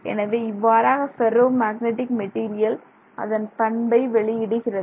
எனவே இவ்வாறாக ferromagnetic material அதன் பண்பை வெளியிடுகிறது